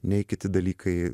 nei kiti dalykai